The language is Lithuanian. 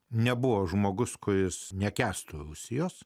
nebuvo žmogus kuris nekęstų sijos